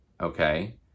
okay